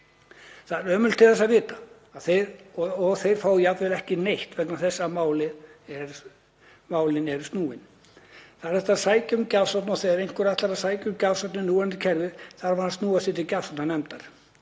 Það er ömurlegt til þess að vita að þeir fái jafnvel ekki neitt vegna þess að málin eru snúin. Það er hægt að sækja um gjafsókn og þegar einhver ætlar að sækja um gjafsókn í núverandi kerfi þarf hann að snúa sér til gjafsóknarnefndar